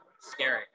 Scary